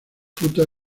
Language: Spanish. frutas